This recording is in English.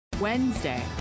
Wednesday